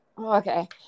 Okay